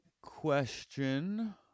question